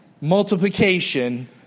Multiplication